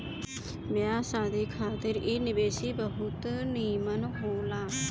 बियाह शादी खातिर इ निवेश बहुते निमन होला